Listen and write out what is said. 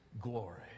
glory